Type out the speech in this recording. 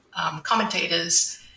commentators